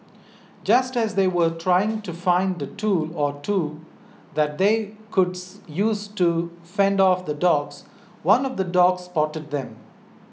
just as they were trying to find a tool or two that they could use to fend off the dogs one of the dogs spotted them